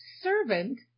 servant